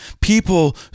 People